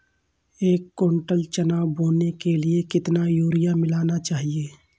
एक कुंटल चना बोने के लिए कितना यूरिया मिलाना चाहिये?